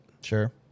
sure